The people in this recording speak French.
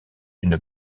une